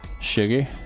Sugar